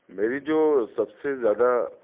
میری جو سب سے زیادہ